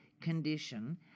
condition